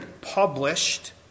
published